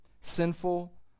sinful